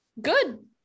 Good